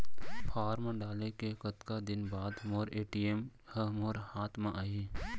Form डाले के कतका दिन बाद मोर ए.टी.एम ह मोर हाथ म आही?